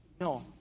No